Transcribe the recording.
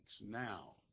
Now